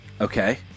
Okay